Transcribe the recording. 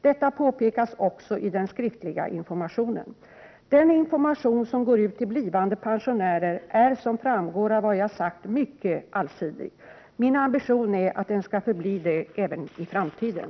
Detta påpekas också i den skriftliga informationen. Den information som går ut till blivande pensionärer är som framgår av vad jag sagt mycket allsidig. Min ambition är att den skall förbli det även i framtiden.